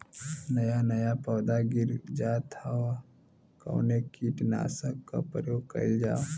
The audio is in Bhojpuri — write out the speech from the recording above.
नया नया पौधा गिर जात हव कवने कीट नाशक क प्रयोग कइल जाव?